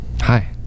Hi